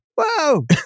Whoa